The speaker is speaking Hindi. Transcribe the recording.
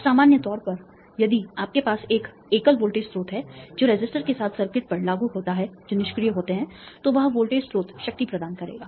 अब सामान्य तौर पर यदि आपके पास एक एकल वोल्टेज स्रोत है जो रेसिस्टर के साथ सर्किट पर लागू होता है जो निष्क्रिय होते हैं तो वह वोल्टेज स्रोत शक्ति प्रदान करेगा